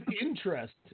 interest